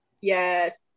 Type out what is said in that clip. Yes